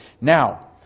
Now